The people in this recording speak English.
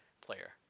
player